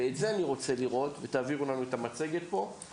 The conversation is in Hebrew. זהו, אני חושב שעברנו פה על